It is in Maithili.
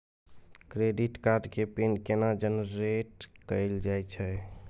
क्रेडिट कार्ड के पिन केना जनरेट कैल जाए छै?